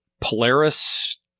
Polaris